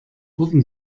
wurden